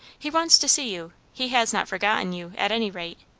he wants to see you. he has not forgotten you, at any rate.